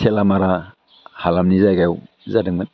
थेलामारा हालामनि जायगायाव जादोंमोन